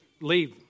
Leave